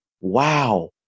wow